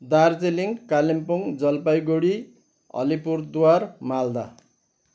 Darjeeling Kalimpong Jalpaiguri Alipurduar Malda